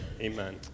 amen